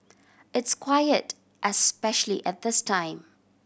it's quiet especially at this time